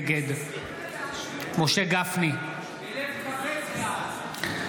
נגד משה גפני בלב כבד,